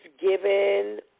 given